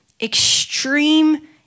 extreme